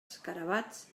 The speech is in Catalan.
escarabats